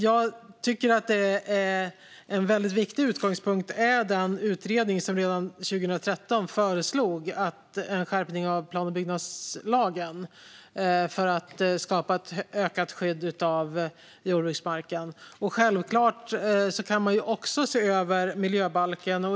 Jag tycker att en väldigt viktig utgångspunkt är den utredning som redan 2013 föreslog en skärpning av plan och bygglagen för att skapa ett ökat skydd av jordbruksmarken. Självklart kan man också se över miljöbalken.